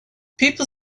people